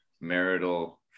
marital